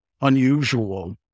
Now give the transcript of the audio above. unusual